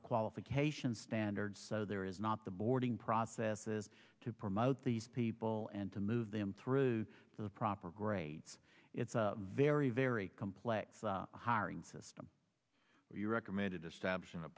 the qualification standards so there is not the boarding process is to promote these people and to move them through the proper grades it's a very very complex hiring system you recommended establishing a